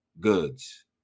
Goods